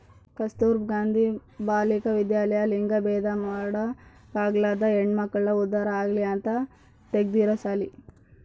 ಕಸ್ತುರ್ಭ ಗಾಂಧಿ ಬಾಲಿಕ ವಿದ್ಯಾಲಯ ಲಿಂಗಭೇದ ಮಾಡ ಕಾಲ್ದಾಗ ಹೆಣ್ಮಕ್ಳು ಉದ್ದಾರ ಆಗಲಿ ಅಂತ ತೆಗ್ದಿರೊ ಸಾಲಿ